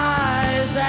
eyes